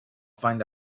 find